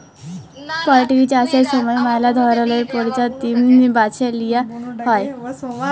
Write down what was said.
poultry চাষের সময় ম্যালা ধরলের পরজাতি বাছে লিঁয়া হ্যয়